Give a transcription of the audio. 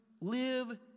live